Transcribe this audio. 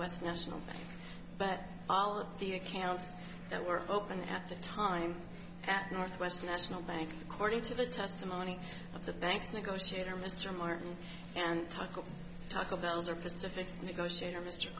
west national bank but all of the accounts that were open at that time at northwest national bank according to the testimony of the banks negotiator mr martin and talk of taco bells or pacific's negotiator mr